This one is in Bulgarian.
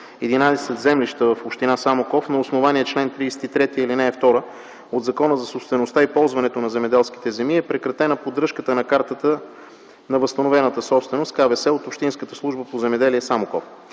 землища в община Самоков, на основание чл. 33, ал. 2 от Закона за собствеността и ползването на земеделските земи, е прекратена поддръжката на картата на възстановената собственост от Общинската служба по земеделие – Самоков.